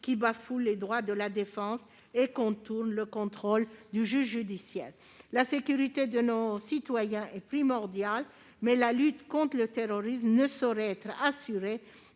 qui bafouent les droits de la défense et contournent le contrôle du juge judiciaire. La sécurité de nos concitoyens est primordiale, mais la lutte contre le terrorisme ne saurait être assurée